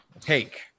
take